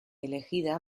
elegida